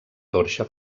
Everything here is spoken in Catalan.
torxa